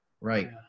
right